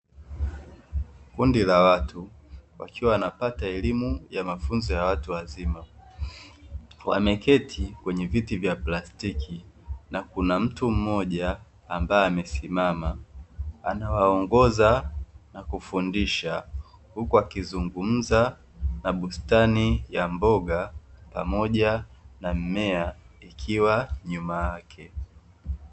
Kundi la watu wakiwa wanapata elimu ya mafunzo ya watu wazima wameketi kwenye viti vya plastiki, na kuna mtu mmoja ambaye amesimama anawaongoza, na kufundisha huku akizungumza na bustani ya mboga pamoja na mimea ikiwa nyuma yake.